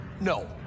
no